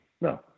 No